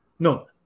No